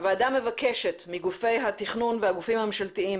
הוועדה מבקשת מגופי התכנון והגופים הממשלתיים,